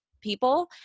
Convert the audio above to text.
people